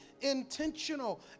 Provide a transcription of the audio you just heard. intentional